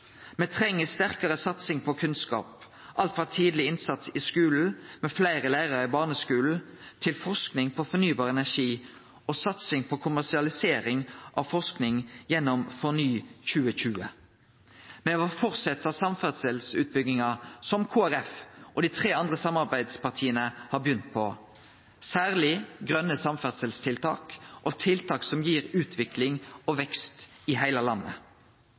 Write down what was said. Me treng sterkare satsing på kunnskap – alt frå tidleg innsats i skulen med fleire lærarar i barneskulen til forsking på fornybar energi og satsing på kommersialisering av forsking gjennom FORNY2020. Me må fortsetje samferdselsutbygginga som Kristeleg Folkeparti og dei tre andre samarbeidspartia har begynt på, særleg grøne samferdselstiltak og tiltak som gir utvikling og vekst i heile landet.